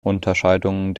unterscheidung